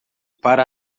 para